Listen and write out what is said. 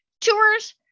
Tours